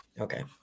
okay